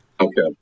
Okay